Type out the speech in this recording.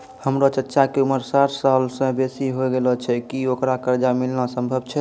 हमरो चच्चा के उमर साठ सालो से बेसी होय गेलो छै, कि ओकरा कर्जा मिलनाय सम्भव छै?